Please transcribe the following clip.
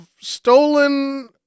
stolen